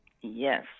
Yes